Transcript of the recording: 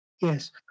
Yes